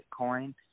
bitcoin